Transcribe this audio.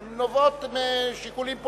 הן נובעות משיקולים פוליטיים,